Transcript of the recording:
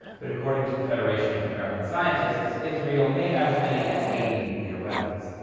but according to the federation of american scientists, israel may have as many as eighty nuclear weapons.